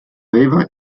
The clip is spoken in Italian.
aveva